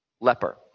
leper